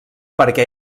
perquè